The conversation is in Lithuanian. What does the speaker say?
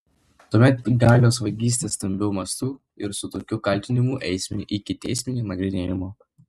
tuomet galios vagystė stambiu mastu ir su tokiu kaltinimu eisime iki teisminio nagrinėjimo